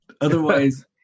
Otherwise